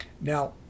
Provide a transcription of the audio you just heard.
now